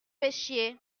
pêchiez